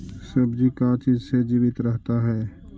सब्जी का चीज से जीवित रहता है?